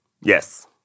Yes